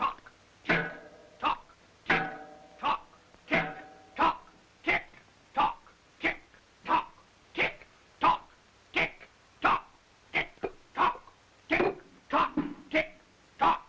talk talk talk talk talk talk talk talk talk talk